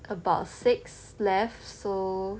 about six left so